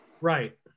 Right